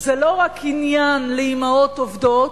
זה לא רק עניין לאמהות עובדות,